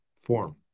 form